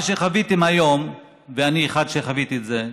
מה שחוויתם היום, ואני אחד שחווה את זה,